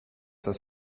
das